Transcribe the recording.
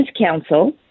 counsel